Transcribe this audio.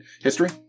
History